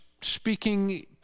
speaking